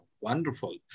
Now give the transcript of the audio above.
wonderful